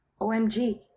OMG